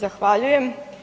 Zahvaljujem.